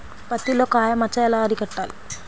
పత్తిలో కాయ మచ్చ ఎలా అరికట్టాలి?